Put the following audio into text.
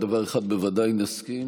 על דבר אחד בוודאי נסכים,